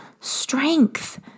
strength